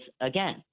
again